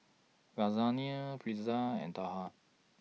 Lasagna Pretzel and Dhokla